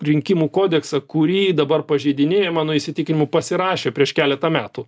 rinkimų kodeksą kurį dabar pažeidinėja mano įsitikinimu pasirašė prieš keletą metų